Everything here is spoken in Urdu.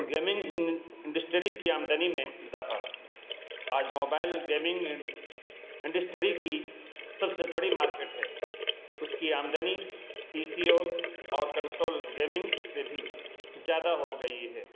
گیمنگ انڈسٹری کی آمدنی میں اضافہ آج موبائل گیمنگ انڈسٹری کی سب سے بڑی مارکیٹ ہے اس کی آمدنی پی سی او اور کنسول گیمنگ سے بھی زیادہ ہو گئی ہے